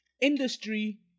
industry